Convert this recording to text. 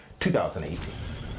2018